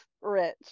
rich